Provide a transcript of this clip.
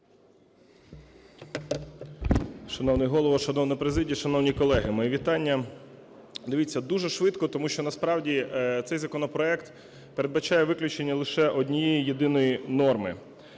Шановний Голово, шановна президія, шановні колеги, мої вітання. Дивіться, дуже швидко, тому що насправді цей законопроект передбачає виключення лише однієї єдиної норми.